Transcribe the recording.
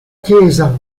chiesa